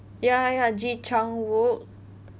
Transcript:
ya ya ya ji chang wook